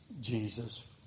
Jesus